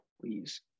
Please